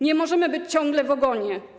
Nie możemy być ciągle w ogonie.